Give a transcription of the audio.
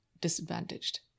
disadvantaged